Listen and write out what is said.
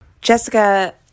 Jessica